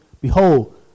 behold